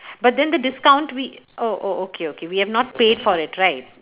but then the discount we oh oh okay okay we have not paid for it right